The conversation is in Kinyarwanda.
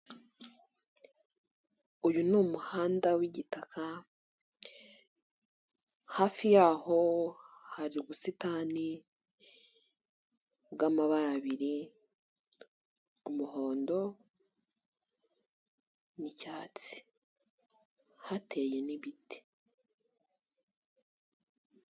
Uyu ni umuhanda w'igitaka, hafi yaho hari ubusitani bw'amabara abiri umuhondo n'icyatsi hateye n'ibiti.